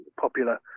popular